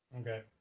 Okay